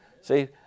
See